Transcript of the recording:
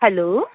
hello